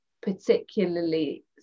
particularly